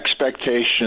expectations